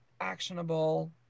actionable